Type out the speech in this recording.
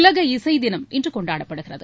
உலக இசை தினம் இன்று கொண்டாடப்படுகிறது